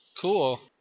Cool